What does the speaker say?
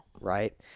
right